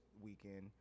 weekend